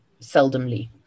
seldomly